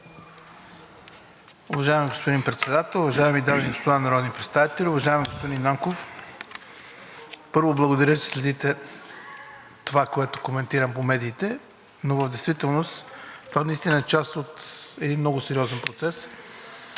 Уважаеми господин Председател, уважаеми дами и господа народни представители! Уважаеми господин Нанков, първо благодаря, че следите това, което коментирам по медиите, но в действителност то е част от един много сериозен процес,